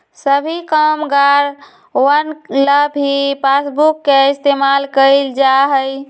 सभी कामगारवन ला भी पासबुक के इन्तेजाम कइल जा हई